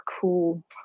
cool